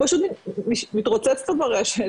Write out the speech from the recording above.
מתרוצץ לו ברשת